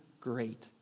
great